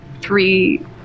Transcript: three